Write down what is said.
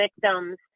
victims